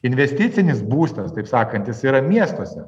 investicinis būstas taip sakant jis yra miestuose